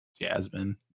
jasmine